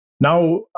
now